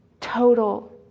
Total